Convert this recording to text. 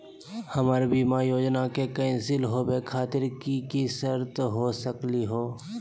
हमर बीमा योजना के कैन्सल होवे खातिर कि कि शर्त हो सकली हो?